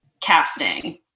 casting